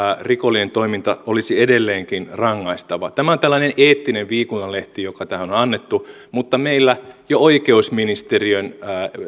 rikollinen toiminta olisi edelleenkin rangaistavaa tämä on tällainen eettinen viikunanlehti joka tähän on on annettu mutta meille oikeusministeriön